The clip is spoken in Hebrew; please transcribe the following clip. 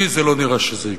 לי לא נראה שזה יקרה.